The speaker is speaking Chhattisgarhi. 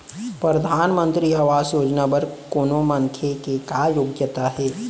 परधानमंतरी आवास योजना बर कोनो मनखे के का योग्यता हे?